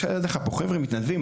יש לך פה חבר'ה מתנדבים,